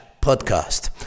podcast